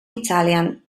italian